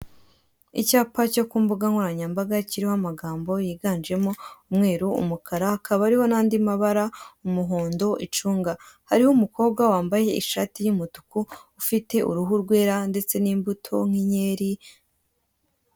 Icyapa cyo ku mbugankoranyambaga kiriho amagambo y'iganjemo umweru, umukara hakaba hariho n'andi mabara umuhondo, icunga. Hariho umukobwa wambaye ishati y'umutuku ufite uruhu rwera ndetse n'imbuto nk'inkeri.